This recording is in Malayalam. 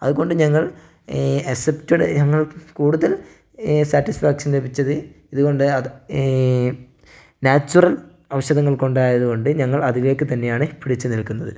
അതുകൊണ്ട് ഞങ്ങൾ അക്സെപ്റ്റഡ് ഞങ്ങൾ കൂടുതൽ സാറ്റിസ്ഫാക്ഷൻ ലഭിച്ചത് ഇതുകൊണ്ട് നാച്ചുറൽ ഔഷധങ്ങൾ കൊണ്ടായതുകൊണ്ട് ഞങ്ങൾ അതിലേക്ക് തന്നെയാണ് പിടിച്ച് നിൽക്കുന്നത്